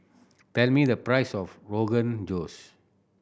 tell me the price of Rogan Josh